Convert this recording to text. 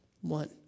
one